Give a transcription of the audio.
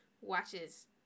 watches